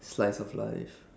slice of life